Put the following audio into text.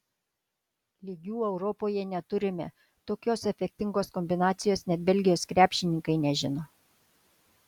lygių europoje neturime tokios efektingos kombinacijos net belgijos krepšininkai nežino